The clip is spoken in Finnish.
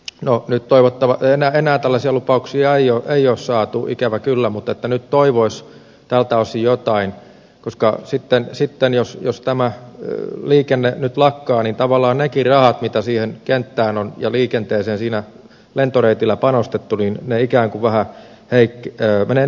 no nyt enää tällaisia lupauksia ei ole saatu ikävä kyllä mutta nyt toivoisi tältä osin jotain koska sitten jos tämä liikenne nyt lakkaa tavallaan nekin rahat mitä siihen kenttään ja liikenteeseen sillä lentoreitillä on panostettu ikään kuin vähän menevät hukkaan